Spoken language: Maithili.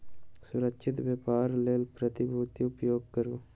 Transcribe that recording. सुरक्षित व्यापारक लेल प्रतिभूतिक उपयोग करू